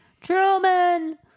Truman